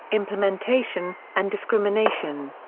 implementation, and discrimination.